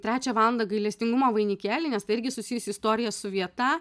trečią valandą gailestingumo vainikėlį nes tai irgi susijusi istorija su vieta